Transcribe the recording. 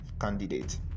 candidate